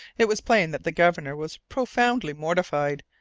it was plain that the governor was profoundly mortified,